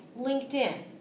LinkedIn